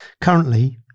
Currently